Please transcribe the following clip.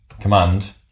Command